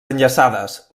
enllaçades